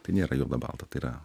tai nėra juoda balta tai yra